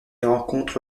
rencontre